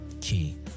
key